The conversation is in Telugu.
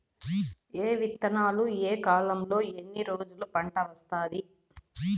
ఏ విత్తనాలు ఏ కాలంలో ఎన్ని రోజుల్లో పంట వస్తాది?